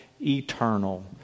eternal